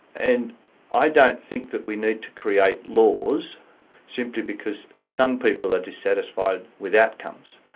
and i don't think that we need to create laws simply because some people are dissatisfied with outcomes.